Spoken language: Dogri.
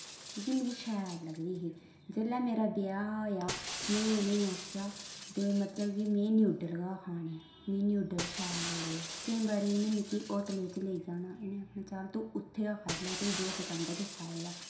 की के मिगी शैल लगदी ही जेल्लै मेरा ब्याह् होएआ में इ'नें ई आखेआ ते मतलब कि में न्यूडल गै खाने मी न्यूडल शैल लगदे केईं बारी इनें मिकी होटले च लेई जाना इें आखना चल तू उत्थै गै खाई लै तुगी जो पसंद ऐ तू खाई लै